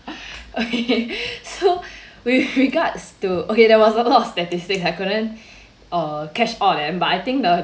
okay so with regards to okay there was a lot of statistics I couldn't uh catch all of them but I think the